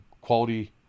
quality